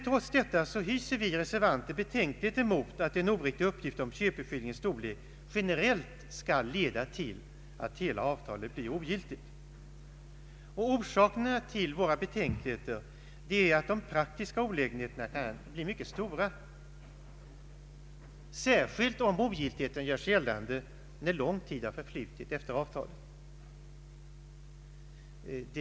Trots detta hyser vi reservanter betänkligheter mot att en oriktig uppgift om köpeskillingens storlek generellt skall leda till att hela avtalet blir ogiltigt. Orsakerna till våra betänkligheter är att de praktiska olägenheterna kan bli mycket stora, särskilt om ogiltigheten görs gällande när lång tid har förflutit efter avtalets ingående.